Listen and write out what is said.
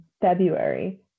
February